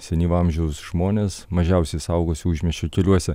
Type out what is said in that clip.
senyvo amžiaus žmonės mažiausiai saugosi užmiesčio keliuose